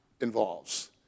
involves